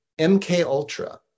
MKUltra